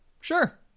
sure